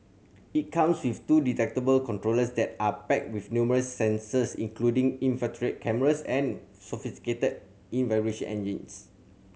it comes with two detachable controllers that are packed with numerous sensors including infrared cameras and sophisticated in vibration